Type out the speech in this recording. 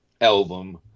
album